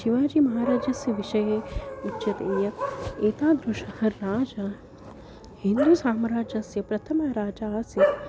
शिवाजीमहाराजस्य विषये उच्यते यत् एतादृशः राजा हिन्दूसाम्राज्यस्य प्रथमराजा आसीत्